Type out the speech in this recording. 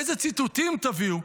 איזה ציטוטים תביאו,